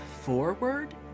forward